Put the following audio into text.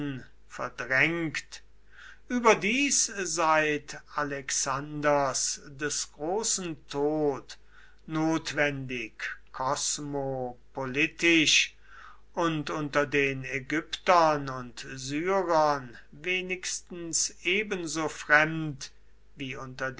verdrängt überdies seit alexanders des großen tod notwendig kosmopolitisch und unter den ägyptern und syrern wenigstens ebenso fremd wie unter